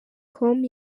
com